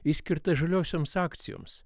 ji skirta žaliosioms akcijoms